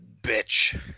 bitch